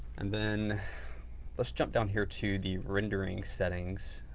and then let's jump down here to the rendering settings.